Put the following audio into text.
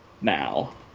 now